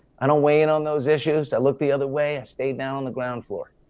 i don't weigh in on those issues, i look the other way, i stay down on the ground floor.